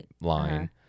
line